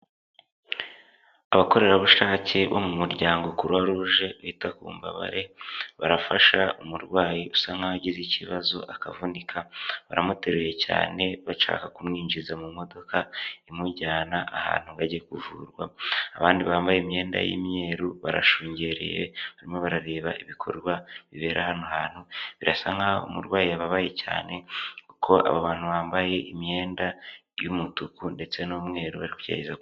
Abakorerabushake bo mu muryango croix rouge yita ku mbabare barafasha umurwayi usa nk'aho agize ikibazo akavunika baramuteruye cyane bashaka kumwinjiza mu modoka imujyana ahantu bajya kuvura, abandi bambaye imyenda y'imyeru barashungereye barimo barareba ibikorwa bibera hano hantu, birasa nk'aho umurwayi yababaye cyane kuko aba bantu bambaye imyenda y'umutuku ndetse n'umweru bari kugerageza.